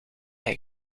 hij